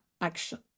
action